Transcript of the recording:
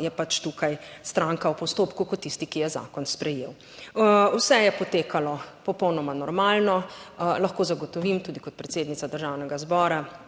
je pač tukaj stranka v postopku kot tisti, ki je zakon sprejel. Vse je potekalo popolnoma normalno. Lahko zagotovim tudi kot predsednica Državnega zbora